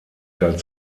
galt